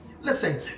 Listen